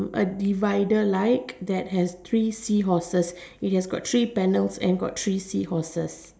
a divider like that has three seahorses it has got three panels and it has got three seahorses